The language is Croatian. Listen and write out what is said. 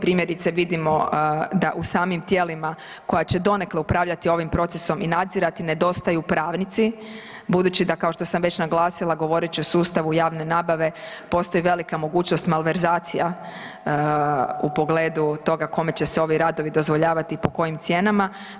Primjerice vidimo da u samim tijelima koja će donekle upravljati ovim procesom i nadzirati nedostaju pravnici, budući da kao što sam već naglasila govoreći o sustavu javne nabave postoji velika mogućnost malverzacija u pogledu toga kome će se ovi radovi dozvoljavati i po kojim cijenama.